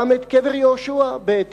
גם את קבר יהושע בתמנת-חרס,